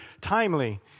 timely